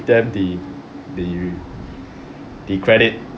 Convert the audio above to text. them the the the credit